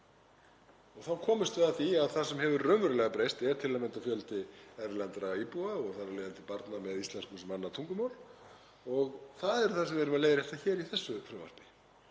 Þá komumst við að því að það sem hefur raunverulega breyst er til að mynda fjöldi erlendra íbúa og þar af leiðandi barna með íslensku sem annað tungumál og það er það sem við erum að leiðrétta hér í þessu frumvarpi.